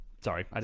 Sorry